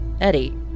Eddie